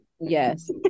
Yes